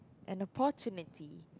an opportunity